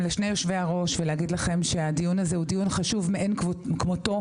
יושבי-הראש ולומר שהדיון הזה הוא דיון חשוב מאין כמותו.